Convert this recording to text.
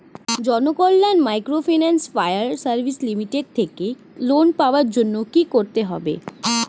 Janakalyan microfinance fire service limited থেকে loan পাওয়ার জন্য কি করতে হবে?